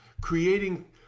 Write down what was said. creating